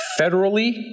federally